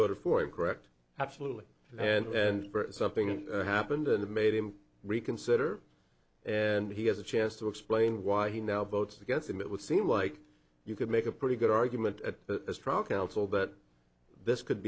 voted for it correct absolutely and then something happened and it made him reconsider and he has a chance to explain why he now votes against him it would seem like you could make a pretty good argument at the trial counsel that this could